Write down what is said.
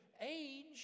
age